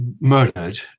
murdered